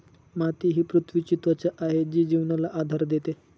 माती ही पृथ्वीची त्वचा आहे जी जीवनाला आधार देते